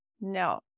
No